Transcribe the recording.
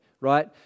right